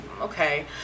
okay